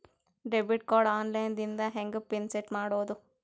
Debit card online ದಿಂದ ಹೆಂಗ್ PIN set ಮಾಡೋದು?